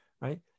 right